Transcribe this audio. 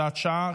הוראת שעה,